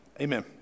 Amen